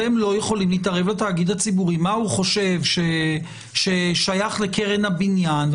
אתם לא יכולים להתערב לתאגיד הציבורי מה הוא חושב ששייך לקרן הבניין.